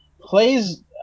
plays